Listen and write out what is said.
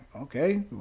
okay